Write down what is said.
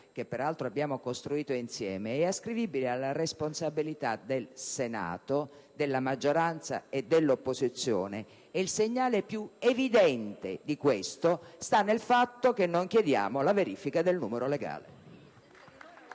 che peraltro abbiamo costruito insieme, è ascrivibile alla responsabilità del Senato, maggioranza e opposizione, e il segnale più evidente di questo sta nel fatto che non chiediamo la verifica del numero legale.